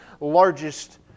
largest